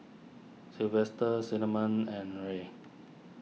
Sylvester Cinnamon and Rae